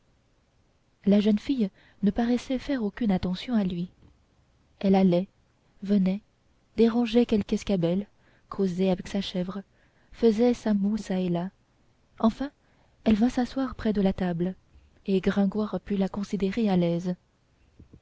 la jeune fille ne paraissait faire aucune attention à lui elle allait venait dérangeait quelque escabelle causait avec sa chèvre faisait sa moue çà et là enfin elle vint s'asseoir près de la table et gringoire put la considérer à l'aise